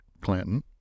Clinton